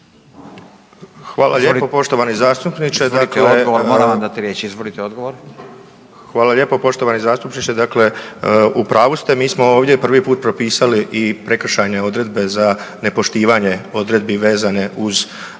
Izvolite odgovor. **Župan, Stipe** Hvala lijepo poštovani zastupniče. Dakle, u pravu ste mi smo ovdje prvi put propisali i prekršajne odredbe za nepoštivanje odredbi vezane uz